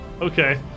Okay